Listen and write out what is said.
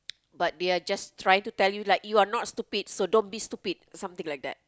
but they are just trying to tell you you are not stupid so don't be stupid something like that